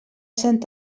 sant